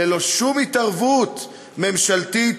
ללא שום התערבות ממשלתית,